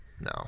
No